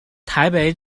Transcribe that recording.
台北